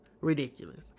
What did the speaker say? Ridiculous